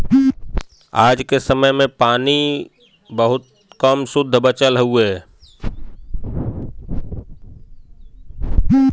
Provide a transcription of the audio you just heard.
आज क समय में शुद्ध पानी बहुत कम बचल हउवे